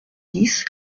dix